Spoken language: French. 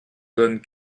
donne